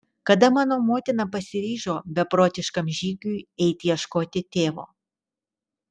kada mano motina pasiryžo beprotiškam žygiui eiti ieškoti tėvo